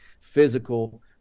physical